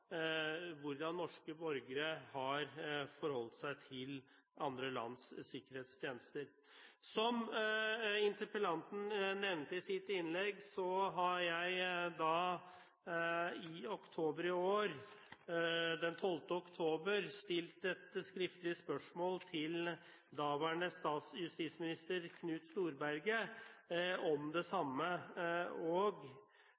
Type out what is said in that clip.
hvordan norske borgere har forholdt seg til andre lands sikkerhetstjenester. Som interpellanten nevnte i sitt innlegg, stilte jeg den 12. oktober i år et skriftlig spørsmål til daværende justisminister Knut Storberget om det